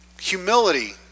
Humility